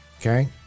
Okay